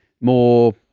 more